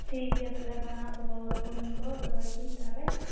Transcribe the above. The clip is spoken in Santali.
ᱴᱷᱤᱠ ᱜᱮᱭᱟ ᱛᱟᱦᱚᱞᱮ ᱦᱟᱸᱜ ᱢᱟ ᱟᱫᱚ ᱯᱷᱳᱱ ᱫᱚ ᱫᱚᱦᱚᱭ ᱵᱤᱱ ᱛᱟᱦᱚᱞᱮ